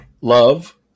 love